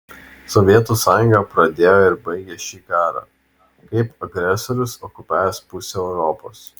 sovietų sąjunga pradėjo ir baigė šį karą kaip agresorius okupavęs pusę europos